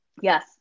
Yes